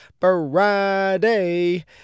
Friday